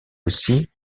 aussi